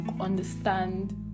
understand